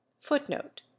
Footnote